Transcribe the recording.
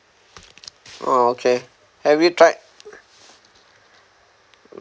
orh okay have you tried